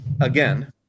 again